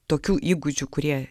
tokių įgūdžių kurie